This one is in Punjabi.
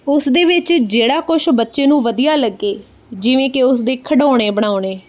ਉਸ ਦੇ ਵਿੱਚ ਜਿਹੜਾ ਕੁਛ ਬੱਚੇ ਨੂੰ ਵਧੀਆ ਲੱਗੇ ਜਿਵੇਂ ਕਿ ਉਸ ਦੇ ਖਿਡੌਣੇ ਬਣਾਉਣੇ